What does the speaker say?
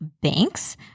banks